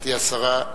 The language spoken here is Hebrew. גברתי השרה.